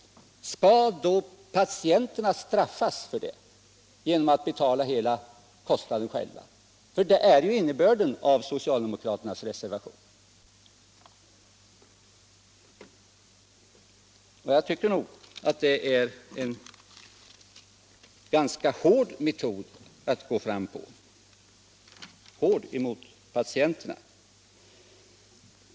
Skall då patienterna straffas för det genom att betala hela kostnaden själva? Det är ju innebörden av socialdemokraternas reservation, och jag tycker nog att det är en ganska hård metod att gå fram på — hård mot patienterna.